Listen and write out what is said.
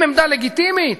עם עמדה לגיטימית.